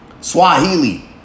Swahili